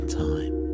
time